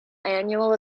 annual